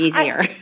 easier